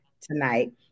tonight